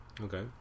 Okay